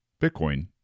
Bitcoin